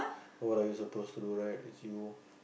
what are you suppose to do right if you